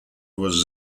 was